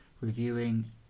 reviewing